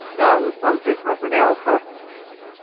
दाल पल्सेसमा कुनै अफर